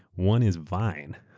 one is vine.